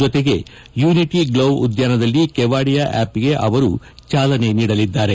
ಜತೆಗೆ unity glow ಉದ್ಯಾನದಲ್ಲಿ ಕೆವಾಡಿಯಾ ಆಪ್ಗೆ ಚಾಲನೆ ನೀಡಲಿದ್ದಾರೆ